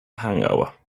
hangover